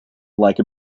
like